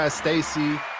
stacy